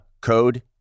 code